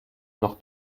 noch